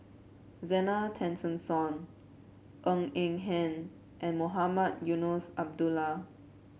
Zena Tessensohn Ng Eng Hen and Mohamed Eunos Abdullah